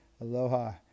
aloha